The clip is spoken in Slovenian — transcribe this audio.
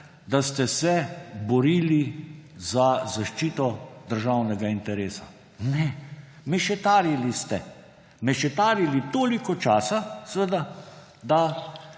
da ste se borili za zaščito državnega interesa! Ne! Mešetarili ste, mešetarili toliko časa, seveda, da